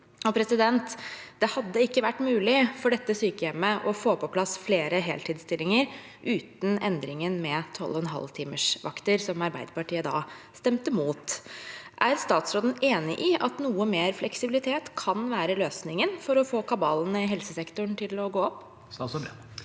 helsesektoren. Det hadde ikke vært mulig for dette sykehjemmet å få på plass flere heltidsstillinger uten endringen med 12,5-timersvakter, som Arbeiderpartiet da stemte imot. Er statsråden enig i at noe mer fleksibilitet kan være løsningen for å få kabalen i helsesektoren til å gå opp?